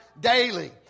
daily